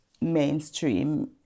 mainstream